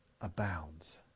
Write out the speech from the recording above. abounds